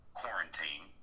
quarantine